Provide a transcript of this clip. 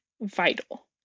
vital